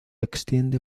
extienden